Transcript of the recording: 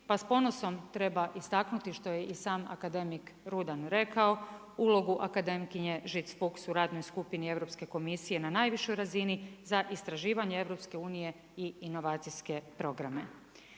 pa s ponosom treba istaknuti što je i sam akademik Rudan rekao, ulogu akademkinje Žic Fuchs u radnoj skupini Europske komisije na najvišoj razini za istraživanje EU i inovacijske programe.